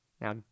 Now